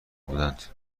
بودند